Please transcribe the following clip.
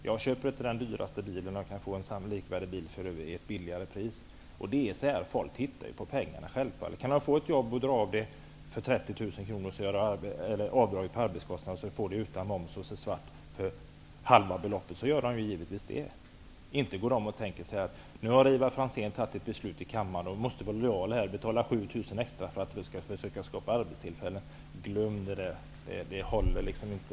Jag köper inte en dyr bil om jag kan få en likvärdig bil för ett lägre pris. Folk tittar självfallet på priset. Om man väljer mellan att få ett jobb utfört och dra av för arbetskostnad på 30 000 eller att få det utfört svart utan moms för halva beloppet så väljer man det. Inte går folk och tänker som så att nu har Ivar Franzén fattat ett beslut i kammaren och då måste vi vara lojala och betala 7 000 extra för att försöka skapa arbetstillfällen. Glöm det. Det håller inte.